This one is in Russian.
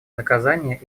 наказания